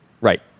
Right